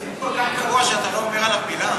התקציב כל כך גרוע שאתה לא אומר עליו מילה?